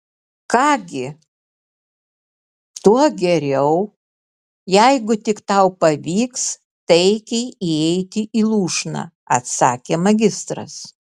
ką gi tuo geriau jeigu tik tau pavyks taikiai įeiti į lūšną atsakė magistras